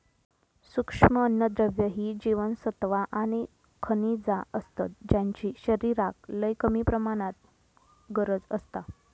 सूक्ष्म अन्नद्रव्य ही जीवनसत्वा आणि खनिजा असतत ज्यांची शरीराक लय कमी प्रमाणात गरज असता